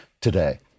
today